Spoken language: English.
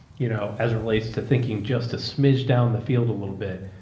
you know, as it relates to thinking just a smidge down the field a little bit.